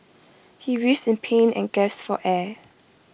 he writhed in pain and gasped for air